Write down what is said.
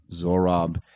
zorob